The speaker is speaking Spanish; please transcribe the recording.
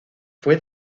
fue